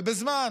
בזמן